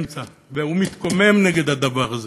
והוא מתקומם נגד הדבר הזה.